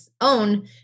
own